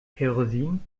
kerosin